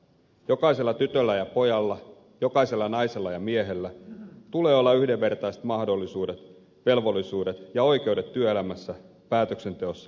jokaisella tytöllä ja pojalla jokaisella naisella ja miehellä tulee olla yhdenvertaiset mahdollisuudet velvollisuudet ja oikeudet työelämässä päätöksenteossa ja perheessä